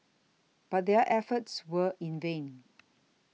but their efforts were in vain